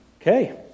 Okay